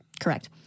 Correct